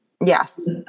Yes